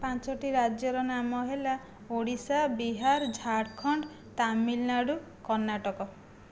ପାଞ୍ଚଟି ରାଜ୍ୟର ନାମ ହେଲା ଓଡ଼ିଶା ବିହାର ଝାଡ଼ଖଣ୍ଡ ତାମିଲନାଡ଼ୁ କର୍ଣ୍ଣାଟକ